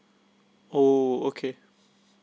oh okay